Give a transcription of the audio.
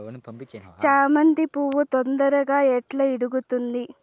చామంతి పువ్వు తొందరగా ఎట్లా ఇడుగుతుంది?